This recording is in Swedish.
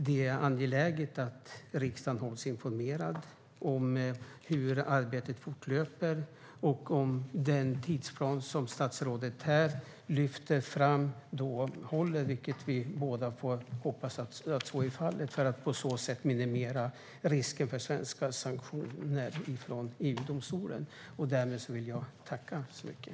Det är angeläget att riksdagen hålls informerad om hur arbetet fortlöper och om den tidsplan som statsrådet här lyfter fram håller, vilket vi båda får hoppas blir fallet, för att på så sätt minimera risken för svenska sanktioner från EU-domstolen. Därmed vill jag tacka så mycket.